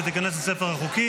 ותיכנס לספר החוקים.